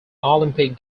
olympic